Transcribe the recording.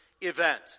event